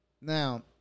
Now